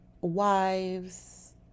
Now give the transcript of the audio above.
wives